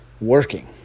working